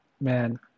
Man